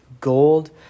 gold